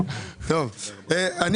אז יש